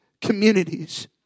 communities